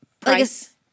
price